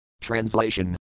Translation